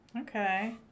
Okay